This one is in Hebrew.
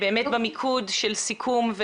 במיקוד של סיכום,